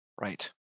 Right